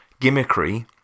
gimmickry